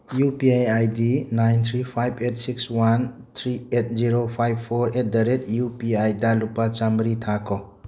U P I I D nine three five eight six one three eight zero five four eight the rate U P ꯑꯥꯏꯗ ꯂꯨꯄꯥ ꯆꯃꯔꯤ ꯊꯥꯈꯣ